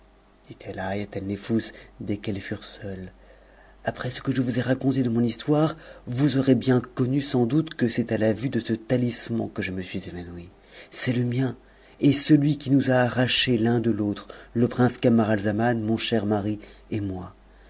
à haïatalnefous dès qu'elles furent seules après ce que je vous ai raconté de mon histoire vous aurez bien connu sans doute que c'est à la vue de ce talisman que je me suis évanouie c'est le mien et celui qui nous a arrachés l'un de l'autre le prince camaralzaman mon cher mari et moi